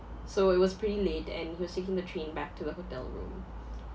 so it was pretty late and he was taking the train back to the hotel room